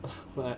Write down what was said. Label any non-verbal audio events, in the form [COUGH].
[LAUGHS] when I